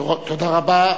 תודה רבה.